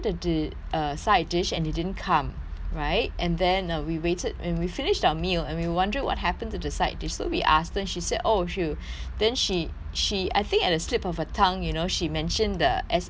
dish and it didn't come right and then uh we waited and we finished our meal and we were wondering what happened to the side dish so we asked her then she said oh shoo she she I think at the slip of her tongue you know she mentioned the S H I T word